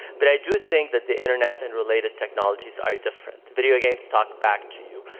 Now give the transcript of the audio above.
but i do think that the internet and related technologies are different. video games talk back to you.